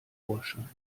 vorschein